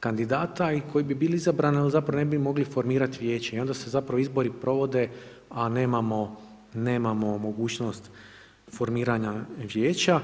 kandidata i koji bi bili izabrani, ali zapravo ne bi mogli formirat vijeće i onda se zapravo izbori provode, a nemamo mogućnost formiranja vijeća.